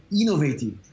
innovative